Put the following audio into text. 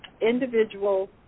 individual